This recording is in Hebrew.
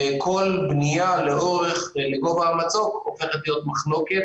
וכל בניה לגובה המצוק הופכת להיות מחלוקת,